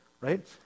right